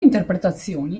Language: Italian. interpretazioni